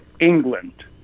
England